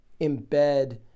embed